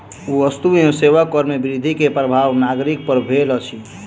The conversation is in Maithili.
वस्तु एवं सेवा कर में वृद्धि के प्रभाव नागरिक पर भेल अछि